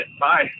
Bye